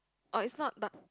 oh it's not duck